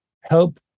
help